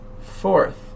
Fourth